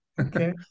Okay